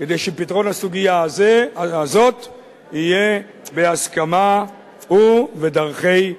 כדי שפתרון הסוגיה הזאת יהיה בהסכמה ובדרכי שלום.